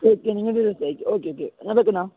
okay നിങ്ങളുടെ ഇതിലയക്കാം okay okay